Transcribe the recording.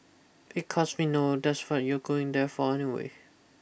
because we know that's fun you're going there for anyway